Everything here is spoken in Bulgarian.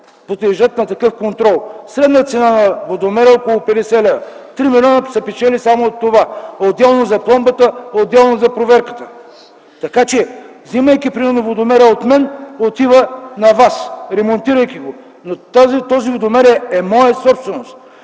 подлежат на такъв контрол. Средна цена на водомера – около 50 лв. Три милиона се печелят само от това. Отделно – за пломбата, отделно – за проверката. Вземайки примерно водомера от мен, отива на вас, ремонтирайки го. Но този водомер е моя собственост.